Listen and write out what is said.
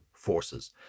forces